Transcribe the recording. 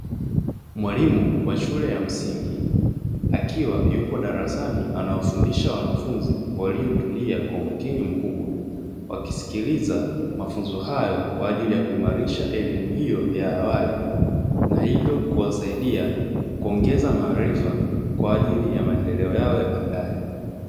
Mwalimu wa shule ya msingi, akiwa yupo darasani, akiwa anawafundisha wanafunzi waliotulia kwa umakini mkubwa, wakisikiliza mafunzo hayo kwa ajili ya kuimarisha elimu hiyo ya awali na hivyo kuwasaidia kuongeza maarifa kwa ajili ya maendeleo yao ya baadaye.